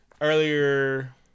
earlier